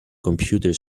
computer